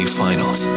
finals